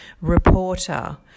reporter